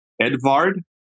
Edvard